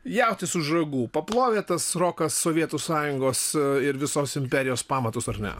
jautis už ragų paplovė tas rokas sovietų sąjungos ir visos imperijos pamatus ar ne